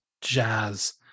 jazz